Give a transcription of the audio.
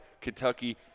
Kentucky